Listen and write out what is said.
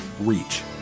reach